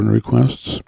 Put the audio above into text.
requests